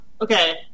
okay